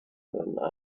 when